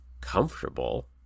comfortable